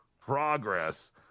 progress